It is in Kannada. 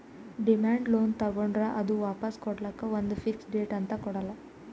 ಡಿಮ್ಯಾಂಡ್ ಲೋನ್ ತಗೋಂಡ್ರ್ ಅದು ವಾಪಾಸ್ ಕೊಡ್ಲಕ್ಕ್ ಒಂದ್ ಫಿಕ್ಸ್ ಡೇಟ್ ಅಂತ್ ಕೊಡಲ್ಲ